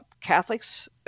catholics